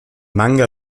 manga